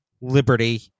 Liberty